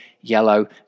Yellow